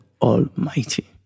Almighty